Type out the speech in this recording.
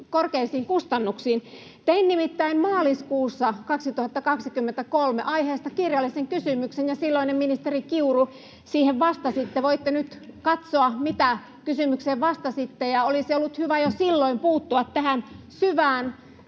korkeisiin kustannuksiin. Tein nimittäin maaliskuussa 2023 aiheesta kirjallisen kysymyksen, ja te, silloinen ministeri Kiuru, siihen vastasitte. Voitte nyt katsoa, mitä kysymykseen vastasitte. Olisi ollut hyvä jo silloin puuttua tähän syvään